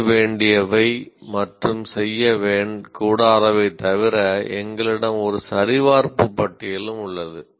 செய்ய வேண்டியவை மற்றும் செய்யக்கூடாதவை தவிர எங்களிடம் ஒரு சரிபார்ப்பு பட்டியலும் உள்ளது